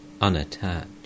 unattached